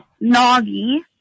Noggy